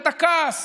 את הכעס